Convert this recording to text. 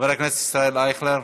חבר הכנסת ישראל אייכלר,